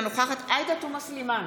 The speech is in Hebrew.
אינה נוכחת עאידה תומא סלימאן,